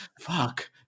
fuck